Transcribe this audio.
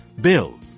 Bill